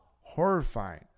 horrifying